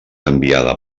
enviada